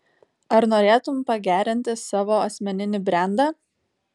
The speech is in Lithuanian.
ar norėtum pagerinti savo asmeninį brendą